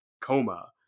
coma